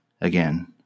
Again